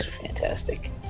Fantastic